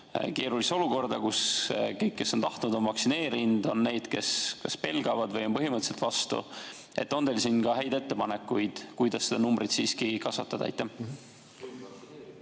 keerulisse olukorda, kus kõik, kes on tahtnud, on vaktsineeritud, ja on neid, kes pelgavad või on põhimõtteliselt vastu. Kas teil on siin ka häid ettepanekuid, kuidas seda numbrit kasvatada? Aitäh,